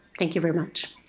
thank you very much.